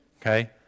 Okay